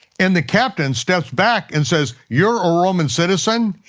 and the captain steps back and says, you're a roman citizen?